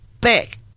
back